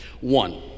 One